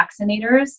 vaccinators